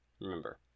remember